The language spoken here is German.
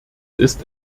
ist